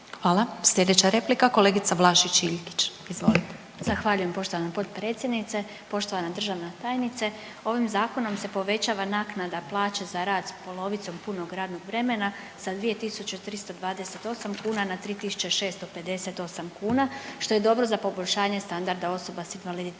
Hvala. Sljedeća replika, kolegica Vlašić Iljkić, izvolite. **Vlašić Iljkić, Martina (SDP)** Zahvaljujem poštovana potpredsjednice, poštovana državna tajnice. Ovim Zakonom se povećava naknada plaće za rad s polovicom punog radnog vremena za 2328 kuna na 3658 kuna, što je dobro za poboljšanje standarda osoba sa invaliditetom